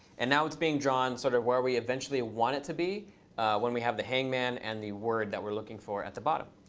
and now it's being drawn sort of where we eventually want it to be when we have the hangman and the word that we're looking for at the bottom.